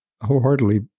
wholeheartedly